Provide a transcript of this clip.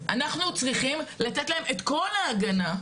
אנחנו צריכים לתת להם את כל ההגנה,